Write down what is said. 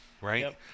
Right